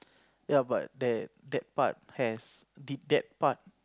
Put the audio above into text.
ya but that that part has did that part